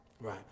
right